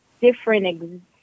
different